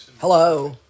Hello